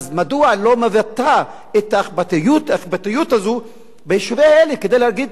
מדוע היא לא מבטאת את האכפתיות הזאת ביישובים האלה כדי להגיד,